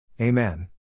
Amen